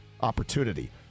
opportunity